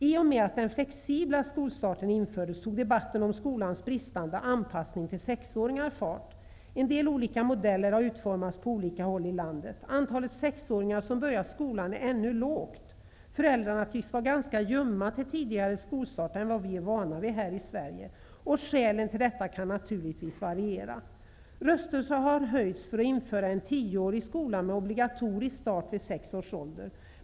I och med att den flexibla skolstarten infördes, tog debatten om skolans bristande anpassning till sexåringar fart. En del olika modeller har utformats på olika håll i landet. Antalet sexåringar som har börjat skolan är ännu litet. Föräldrarnas intresse för en tidigare skolstart än vad vi är vana vid här i Sverige tycks vara ganska ljummet. Skälen till detta kan naturligtvis variera. Röster har höjts för att införa en tioårig skola med obligatorisk start vid sex års ålder.